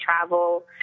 travel